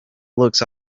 looks